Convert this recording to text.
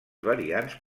variants